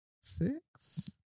six